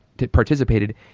participated